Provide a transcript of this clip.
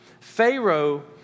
Pharaoh